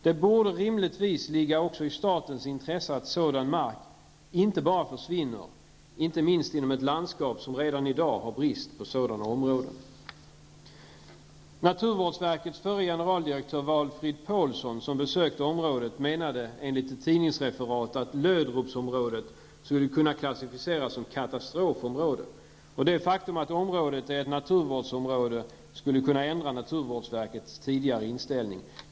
Det borde rimligtvis ligga också i statens intresse att sådan mark inte bara försvinner, inte minst gäller detta inom ett landskap som redan i dag har brist på sådana områden. Paulsson, som besökte området, menade enligt ett tidningsreferat att Löderupsområdet skulle kunna klassificeras som katastrofområde och att det faktum att området är ett naturvårdsområde skulle kunna ändra naturvårdsverkets tidigare inställning.